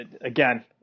again